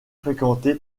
fréquenté